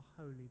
holy